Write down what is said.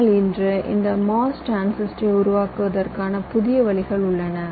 ஆனால் இன்று இந்த MOS டிரான்சிஸ்டரை உருவாக்குவதற்கான புதிய வழிகள் உள்ளன